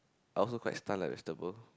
I also quite stun like vegetable